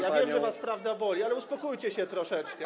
Ja wiem, że was prawda boli, ale uspokójcie się troszeczkę.